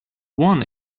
won